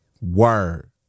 Word